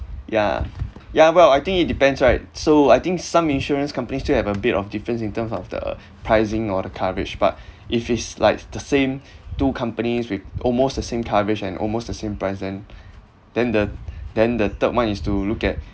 ya ya well I think it depends right so I think some insurance companies still have a bit of difference in terms of the pricing or the coverage but if it's like the same two companies with almost the same coverage and almost the same price then then the then the third one is to look at